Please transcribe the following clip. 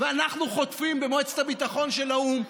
ואנחנו חוטפים במועצת הביטחון של האו"ם,